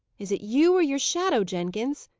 is it you, or your shadow, jenkins?